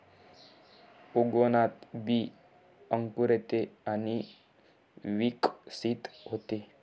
उगवणात बी अंकुरते आणि विकसित होते